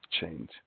change